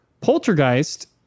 Poltergeist